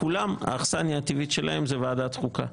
היא ועדת חוקה.